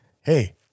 hey